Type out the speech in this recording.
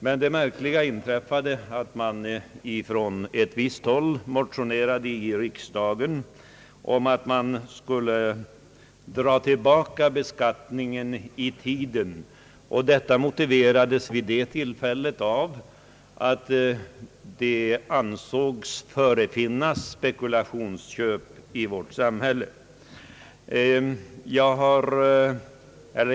Men det märkliga inträffade att det på visst håll motionerades i riksdagen om att beskattningen skulle träda i kraft tidigare. Motiveringen vid det tillfället var, att det ansågs förekomma spekulationsköp i vårt samhälle.